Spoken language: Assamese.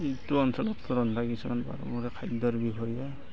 এইটো অঞ্চলত ৰন্ধা কিছুমান খাদ্যৰ বিষয়ে